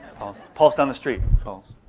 pulse down the street. pulse,